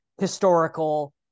historical